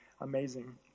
amazing